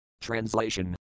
Translation